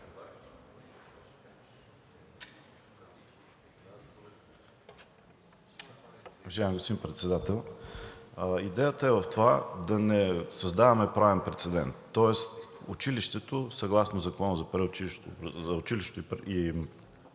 Уважаеми господин Председател, идеята е в това да не създаваме правен прецедент. Тоест училището, съгласно Закона за училищното и